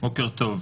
בוקר טוב.